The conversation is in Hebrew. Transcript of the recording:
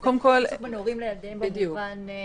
זה סכסוך בין הורים לילדיהם במובן של קשר.